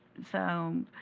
so